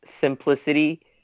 simplicity